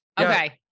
Okay